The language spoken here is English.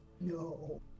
No